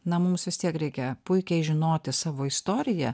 na mums vis tiek reikia puikiai žinoti savo istoriją